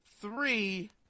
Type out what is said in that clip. three